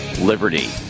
liberty